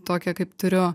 tokią kaip turiu